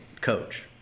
coach